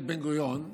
בן-גוריון,